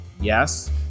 yes